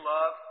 love